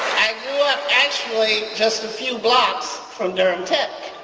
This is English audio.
i grew up actually just a few blocks from durham tech